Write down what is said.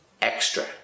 extra